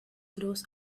grows